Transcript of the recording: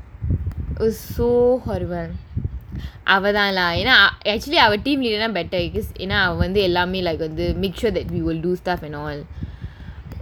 it was so horrible அவ தான்:ava thaan lah ஏன்னா:yaennaa actually our team leader better because ஏன்னா அவ வந்து எல்லாமே:yaennaa ava vanthu ellaamae like வந்து:vanthu make sure that we will do stuff and all